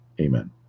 Amen